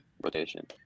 rotation